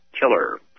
Killer